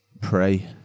pray